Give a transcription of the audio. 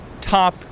top